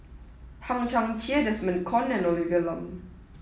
Hang Chang Chieh Desmond Kon and Olivia Lum